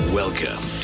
Welcome